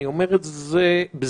אני אומר את זה בזהירות,